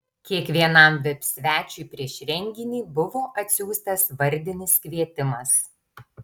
kiekvienam vip svečiui prieš renginį buvo atsiųstas vardinis kvietimas